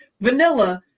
vanilla